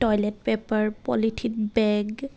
toilet paper polythene bag